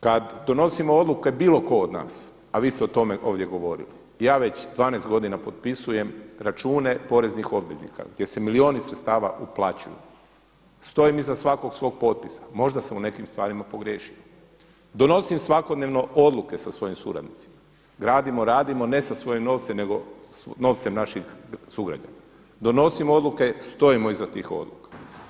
Kada donosimo odluke bilo tko od nas, a vi ste o tome ovdje govorili, ja već 12 godina potpisujem račune poreznih obveznika gdje se milijuni sredstava uplaćuju, stojim iza svakog svog potpisa, možda sam u nekim stvarima pogriješio, donosim svakodnevno odluke sa svojim suradnicima, gradimo, radimo ne sa svojim novcem nego novcem naših sugrađana, donosimo odluke, stojimo iza tih odluka.